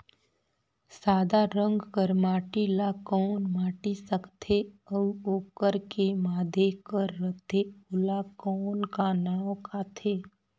सादा रंग कर माटी ला कौन माटी सकथे अउ ओकर के माधे कर रथे ओला कौन का नाव काथे?